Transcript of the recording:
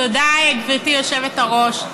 תודה, גברתי יושבת-ראש.